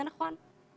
זה נכון.